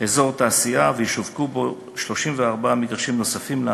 אזור תעשייה וישווקו בו 34 מגרשים נוספים לעסקים.